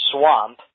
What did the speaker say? Swamp